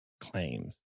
claims